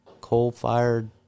coal-fired